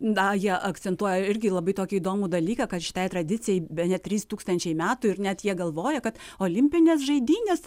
na jie akcentuoja irgi labai tokį įdomų dalyką kad šitai tradicijai bene trys tūkstančiai metų ir net jie galvoja kad olimpinės žaidynės